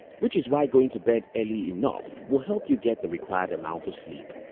which is why going to bed early enough will help you get the required amount of sleep.